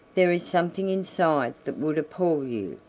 there is something inside that would appall you,